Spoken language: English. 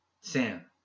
Sam